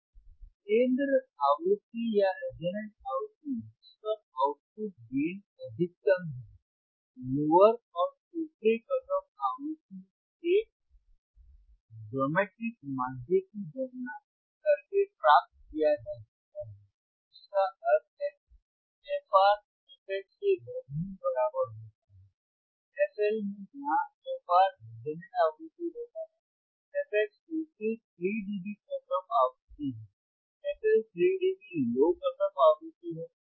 अब केंद्र आवृत्ति या रेसोनैंट आवृत्ति जिस पर आउटपुट gain अधिकतम है लोअर और ऊपरी कट ऑफ आवृत्तियों के ज्यामितीय माध्य की गणना करके प्राप्त किया जा सकता है जिसका अर्थ है fR fH के वर्गमूल बराबर होता है fL में जहां fR रेसोनैंट आवृत्ति होता है fH ऊपरी 3 डीबी कट ऑफ आवृत्ति है fL 3 dB low cut off आवृत्ति है